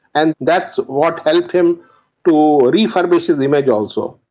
and that's what helped him to refurbish his image also.